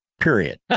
period